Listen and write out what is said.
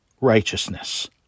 righteousness